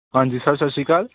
ਹਾਂਜੀ ਸਰ ਸਤਿ ਸ਼੍ਰੀ ਅਕਾਲ